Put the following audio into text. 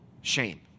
shame